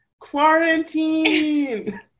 quarantine